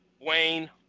Wayne